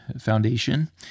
Foundation